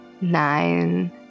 nine